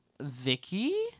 Vicky